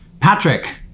Patrick